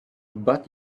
but